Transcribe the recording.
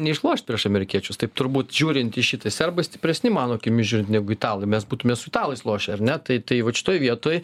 neišlošt prieš amerikiečius taip turbūt žiūrint į šitą serbai stipresni mano akimis žiūrint negu italai mes būtume su italais lošę ar ne tai tai vat šitoj vietoj